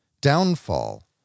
downfall